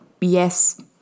yes